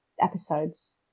episodes